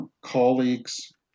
colleagues